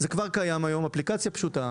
זה כבר קיים היום, אפליקציה פשוטה,